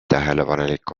tähelepanelik